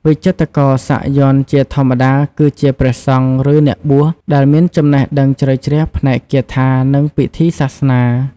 វិចិត្រករសាក់យ័ន្តជាធម្មតាគឺជាព្រះសង្ឃឬអ្នកបួសដែលមានចំណេះដឹងជ្រៅជ្រះផ្នែកគាថានិងពិធីសាសនា។